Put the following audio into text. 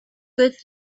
good